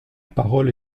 parole